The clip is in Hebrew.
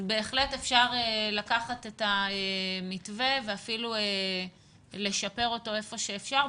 בהחלט אפשר לקחת את המתווה ואפילו לשפר אותו איפה שאפשר,